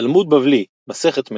תלמוד בבלי, מסכת מגילה,